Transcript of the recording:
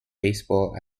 baseball